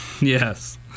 Yes